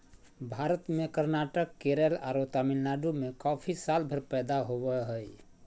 भारत में कर्नाटक, केरल आरो तमिलनाडु में कॉफी सालभर पैदा होवअ हई